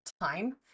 time